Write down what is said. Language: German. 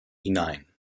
hinein